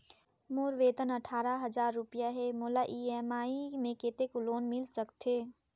मोर वेतन अट्ठारह हजार रुपिया हे मोला ई.एम.आई मे कतेक लोन मिल सकथे?